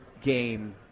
game